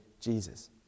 Jesus